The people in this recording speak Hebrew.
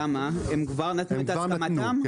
הם כבר נתנו את